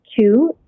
two